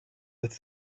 with